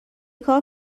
کار